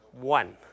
One